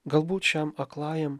galbūt šiam aklajam